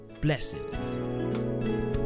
Blessings